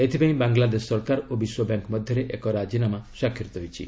ଏଥିପାଇଁ ବାଂଲାଦେଶ ସରକାର ଓ ବିଶ୍ୱବ୍ୟାଙ୍କ ମଧ୍ୟରେ ଏକ ରାଜିନାମା ସ୍ୱାକ୍ଷରିତ ହୋଇଛି